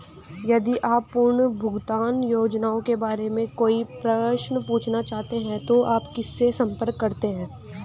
यदि आप पुनर्भुगतान योजनाओं के बारे में कोई प्रश्न पूछना चाहते हैं तो आप किससे संपर्क करते हैं?